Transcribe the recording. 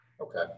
Okay